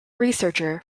researcher